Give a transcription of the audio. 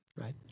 right